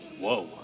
Whoa